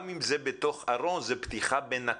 גם אם זה בתוך ארון, זה פתיחה בנקל.